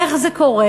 איך זה קורה?